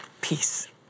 Peace